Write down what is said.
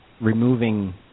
removing